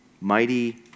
mighty